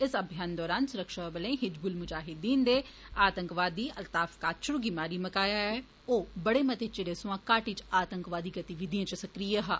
इस अभियान दौरान सुरक्षाबलें हिजबुल मुजाहीदीन दे आतंकवादी अलताफ काचरु गी मारी मकाया ऐ ओ बड़े मते चिरें सोयां घाटी च आतंकी गतिविधिएं च सक्रिय हा